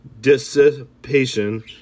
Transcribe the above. dissipation